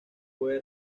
fue